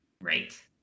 Right